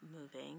moving